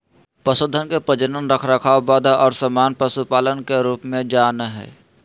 पशुधन के प्रजनन, रखरखाव, वध और सामान्य पशुपालन के रूप में जा नयय हइ